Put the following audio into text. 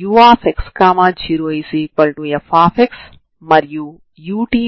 12c0t0x0cx0 chxt dx dt ని పొందుతారు సరేనా